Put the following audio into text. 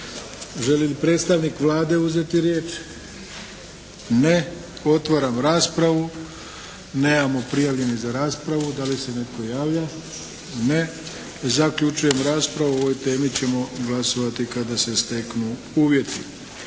Želi li predstavnik Vlade uzeti riječ? Ne. Otvaram raspravu. Nemamo prijavljenih za raspravu. Da li se netko javlja? Ne. Zaključujem raspravu. O ovoj temi ćemo glasovati kada se steknu uvjeti.